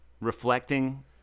Reflecting